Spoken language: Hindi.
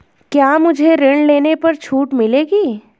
क्या मुझे ऋण लेने पर छूट मिलेगी?